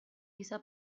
lisa